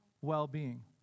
well-being